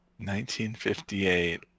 1958